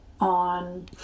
on